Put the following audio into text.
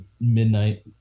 midnight